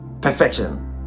perfection